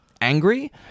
angry